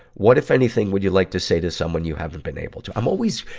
what, if anything, would you like to say to someone you haven't been able to? i'm always